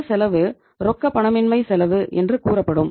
இந்த செலவு ரொக்கப்பணமின்மை செலவு என்று கூறப்படும்